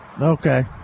okay